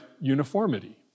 uniformity